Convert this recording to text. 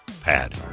pad